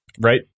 right